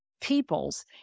peoples